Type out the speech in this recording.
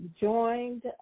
joined